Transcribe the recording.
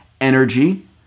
energy